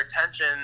attention